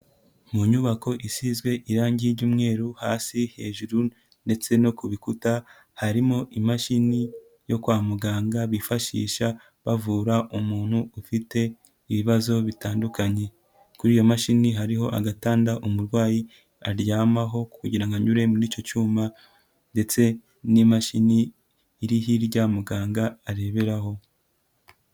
Mu nyubako isizwe irangi ry'umweru hasi, hejuru, ndetse no ku bikuta, harimo imashini yo kwa muganga bifashisha bavura umuntu ufite ibibazo bitandukanye. Kuri iyo mashini hariho agatanda umurwayi aryamaho kugira ngo anyure muri icyo cyuma, ndetse n'imashini iri hirya muganga areberaho.